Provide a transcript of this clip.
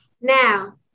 Now